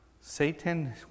Satan